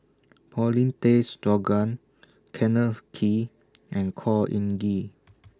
Paulin Tay Straughan Kenneth Kee and Khor Ean Ghee